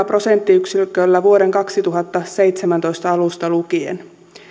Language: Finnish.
prosenttiyksiköllä vuoden kaksituhattaseitsemäntoista alusta lukien